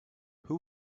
who